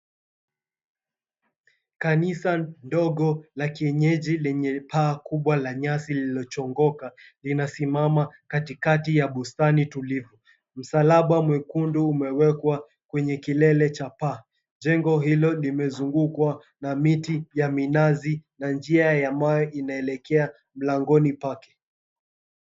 Kanisa ndogo la kienyeji lenye paa kubwa la nyasi lililochongoka linasimama katikati ya bustani tulivu. Msalaba mwekundu umewekwa kwenye kilele cha paa jengo hilo limezungukwa na miti ya minazi na njia ya mawe inaelekea mlangoni pake.